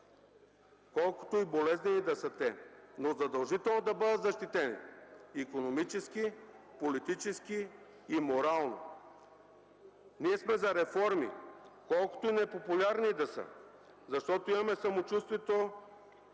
колкото и болезнени да са те, но задължително да бъдат защитени икономически, политически и морално. Ние сме за реформи, колкото и непопулярни да са, защото имаме самочувствието